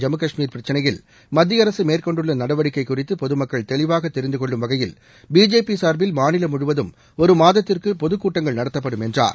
ஜம்மு கஷ்மீர் பிரச்சினையில் மத்திய அரசு மேற்கொண்டுள்ள நடவடிக்கை குறித்து பொதுமக்கள் தெளிவாக தெரிந்து கொள்ளும் வகையில் பிஜேபி சார்பில் மாநிலம் முழுவதும் ஒரு மாதத்திற்கு பொதுக்கூட்டங்கள் நடத்தப்படும் என்றார்